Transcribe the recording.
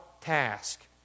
task